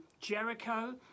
Jericho